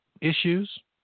issues